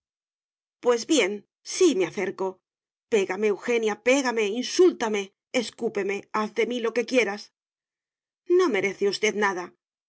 pues bien sí me acerco pégame eugenia pégame insúltame escúpeme haz de mí lo que quieras no merece usted naday